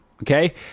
Okay